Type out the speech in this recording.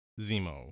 Zemo